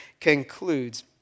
concludes